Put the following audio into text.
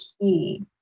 key